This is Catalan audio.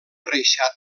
reixat